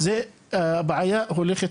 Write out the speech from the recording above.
זה בעיה הולכת